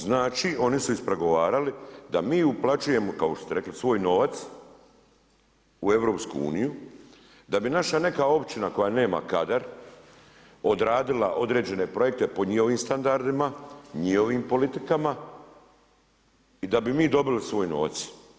Znači oni su ispregovarali da mi uplaćujemo kao što ste rekli svoj novac u EU, da bi naša neka općina koja nema kadar odradila određene projekte po njihovim standardima, njihovim politikama i da bi mi dobili svoj novac.